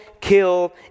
kill